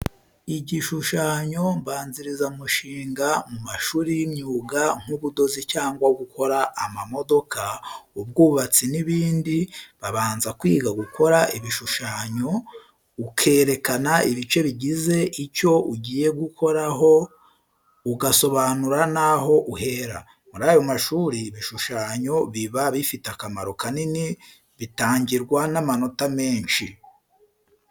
Igishushanyo mbanzirizamushinga, mu mashuri y'imyuga nk'ubudozi cyangwa gukora ama modoka, ubwubatsi n'ibindi babanza kwiga gukora ibishushanyo, ukerekana ibice bigize icyo ugiye gukora ho, ugasobanura n'aho uhera. Muri ayo mashuri ibishushanyo biba bifite akamaro kanini bitangirwa n'amanota menshi.